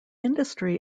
industry